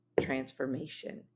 transformation